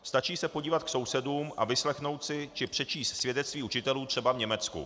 Stačí se podívat k sousedům a vyslechnout si či přečíst svědectví učitelů třeba v Německu.